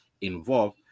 involved